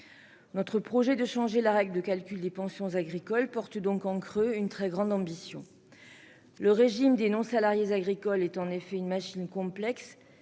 Notre projet de changer la règle de calcul des pensions agricoles porte donc en creux une très grande ambition. Le régime des non-salariés agricoles est en effet une machine complexe,